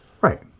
Right